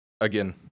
again